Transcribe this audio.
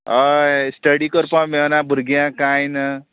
अय स्टडी करपा मेळना भुरग्यांक कांय ना